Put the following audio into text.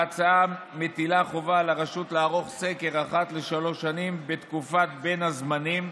ההצעה מטילה חובה על הרשות לערוך סקר אחת לשלוש שנים בתקופת בין הזמנים,